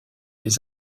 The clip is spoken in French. les